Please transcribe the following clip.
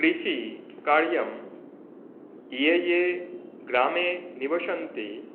कृषि कार्यं ये ये ग्रामे निवसन्ति